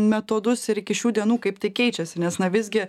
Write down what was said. metodus ir iki šių dienų kaip tai keičiasi nes na visgi